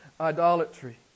idolatry